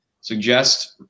suggest